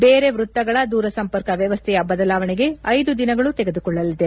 ಬೇರೆ ವೃತ್ತಗಳ ದೂರಸಂಪರ್ಕ ವ್ಯವಸ್ಥೆಯ ಬದಲಾವಣೆಗೆ ಐದು ದಿನಗಳು ತೆಗೆದುಕೊಳ್ಳಲಿದೆ